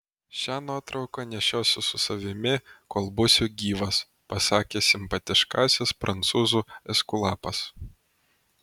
šią nuotrauką nešiosiu su savimi kol būsiu gyvas pasakė simpatiškasis prancūzų eskulapas